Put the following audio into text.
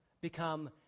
become